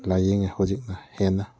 ꯂꯥꯏꯌꯦꯡꯉꯦ ꯍꯧꯖꯤꯛꯅ ꯍꯦꯟꯅ